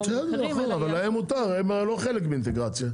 אבל להם מותר הם לא חלק מהאינטגרציה.